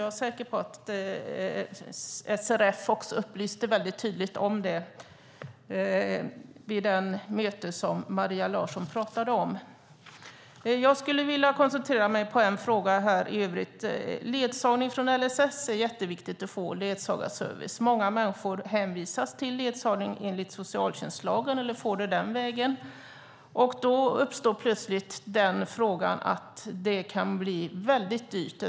Jag är också säker på att SRF tydligt upplyste om det vid det möte som Maria Larsson talade om. Jag ska koncentrera mig på en fråga. Ledsagarservice enligt LSS är viktigt. Många människor får ledsagning genom socialtjänstlagen, och det kan bli väldigt dyrt.